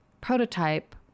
prototype